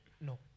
no